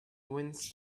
wins